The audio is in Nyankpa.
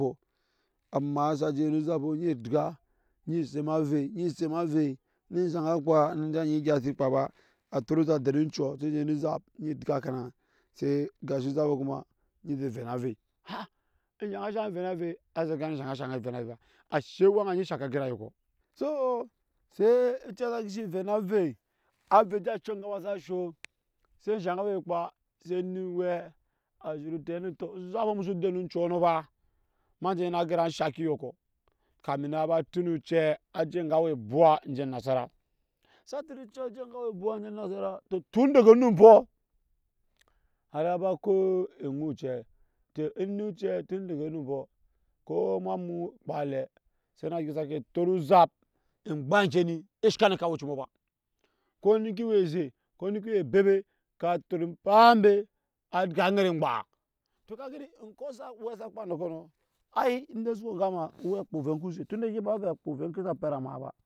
Amaa sa je yen ozapɔ ni gya ni ze eme avei, nyi ze eme avei eni eshee aga kpaa ni sa nyi egya oŋke su kpaa ba a tot ozap den onau se a je yen ozap ni gya kuma ni je vena avei eshe aga eshan a vena avei eni sa gani egya oŋke sa shaŋ a je vena aveis ba ashe owɛŋa ni shaŋke ageraŋ ayɔkɔ soo se ocɛɛ sa gishi sho se eshe aga we ekpaa se eni owɛɛ a zhuru tɛɛ ai to ozapɔ musu den oncuɔ nɔ baa ma je yen ageraŋ enshaŋki eyɔkɔ kamin naba anasara sa ti nu ocɛ je ngwaya abwaa enasara to tun dege onumpɔ awa ba ko enu ocɛɛ to eni ocɛɛ tun dege gyɔɔ sake tot ozap emgba enje eshat lo nu oŋke aweci mbɔ ba ko nu kuwe eze ko nu kuwe ebebe ko tot empaa mbe a gya aŋet engba to ka ai nde su we nga ma owɛ a kpaa ovɛ nku oze tunde ba ovɛ onke sa vɛ a pet amaa ba